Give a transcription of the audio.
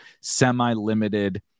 semi-limited